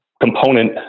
component